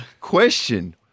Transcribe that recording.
question